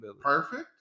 Perfect